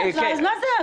לא, אז מה זה הדברים האלה?